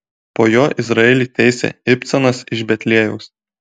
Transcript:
po jo izraelį teisė ibcanas iš betliejaus